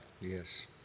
Yes